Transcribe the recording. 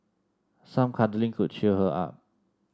some cuddling could cheer her up